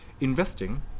investing